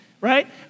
right